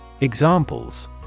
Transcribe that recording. Examples